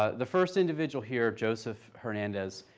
ah the first individual here, joseph hernandez,